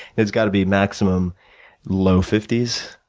it's gotta be maximum low fifty s,